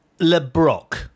LeBrock